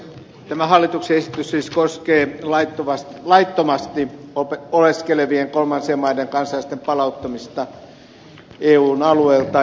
tämä hallituksen esitys siis koskee laittomasti oleskelevien kolmansien maiden kansalaisten palauttamista eun alueelta